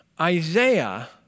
Isaiah